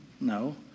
No